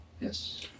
Yes